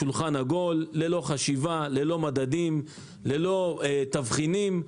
שולחן עגול, ללא חשיבה, ללא מדדים, ללא תבחינים.